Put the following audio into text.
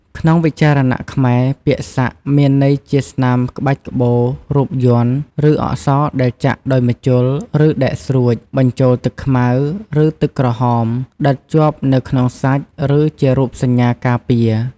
ក្នុងវិចារណៈខ្មែរ ពាក្យ "សាក់" មានន័យជាស្នាមក្បាច់ក្បូរ រូប យ័ន្ត ឬអក្សរដែលចាក់ដោយម្ជុល ឬដែកស្រួច បញ្ចូលទឹកខ្មៅ ឬទឹកក្រហម ដិតជាប់នៅក្នុងសាច់ ឬជារូបសញ្ញាការពារ។